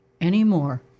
anymore